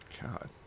God